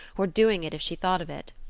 or doing it if she thought of it.